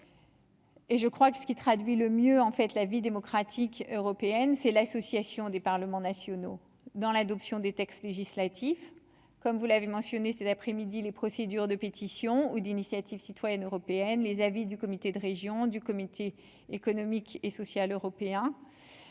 Et je crois que ce qui traduit le mieux en fait la vie démocratique européenne, c'est l'association des Parlements nationaux dans l'adoption des textes législatifs comme vous l'avez mentionné cet après-midi, les procédures de pétition ou d'initiative citoyenne européenne les avis du comité de régions du comité économique et social européen